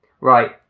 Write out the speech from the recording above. right